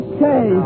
Okay